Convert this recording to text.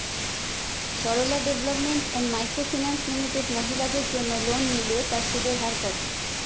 Sarala development and micro finance limited মহিলাদের জন্য loan নিলে তার সুদের হার কত?